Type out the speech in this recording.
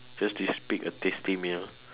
just is pick a tasty meal